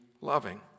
loving